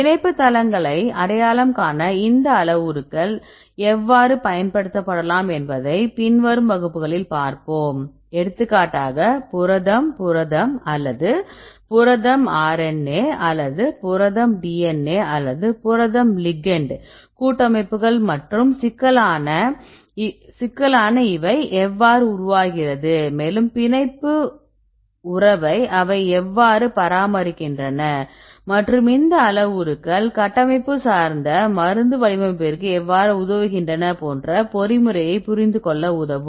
பிணைப்பு தளங்களை அடையாளம் காண இந்த அளவுருக்கள் எவ்வாறு பயன்படுத்தப்படலாம் என்பதை பின்வரும் வகுப்புகளில் பார்ப்போம் எடுத்துக்காட்டாக புரதம் புரதம் அல்லது புரதம் RNA அல்லது புரதம் DNA அல்லது புரத லிகெண்ட் கூட்டமைப்புகள் மற்றும் சிக்கலான இவை எவ்வாறு உருவாகிறது மேலும் பிணைப்பு உறவை அவை எவ்வாறு பராமரிக்கின்றன மற்றும் இந்த அளவுருக்கள் கட்டமைப்பு சார்ந்த மருந்து வடிவமைப்பிற்கு எவ்வாறு உதவுகின்றன போன்ற பொறிமுறையை புரிந்து கொள்ள உதவும்